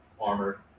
Armor